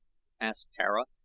asked tara,